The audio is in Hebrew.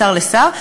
משר לשר,